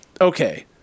okay